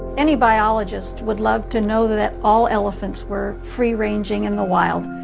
any biologist would love to know that all elephants were free-ranging in the wild.